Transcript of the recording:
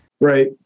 Right